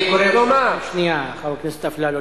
אני קורא אותך לסדר פעם שנייה, חבר הכנסת אפללו.